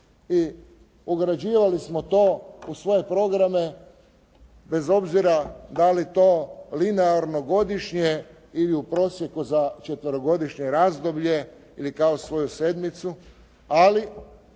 i ugrađivali smo to u svoje programe bez obzira da li to linearno godišnje ili u prosjeku za četverogodišnje razdoblje ili kao svoju sedmicu, ali